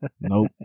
nope